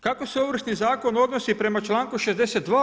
Kako se ovršni zakon odnosi prema čl. 62.